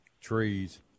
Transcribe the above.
trees